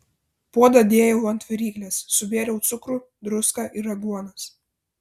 puodą dėjau ant viryklės subėriau cukrų druską ir aguonas